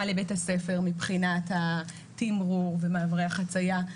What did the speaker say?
לבית הספר מבחינת התמרור ומעברי החציה,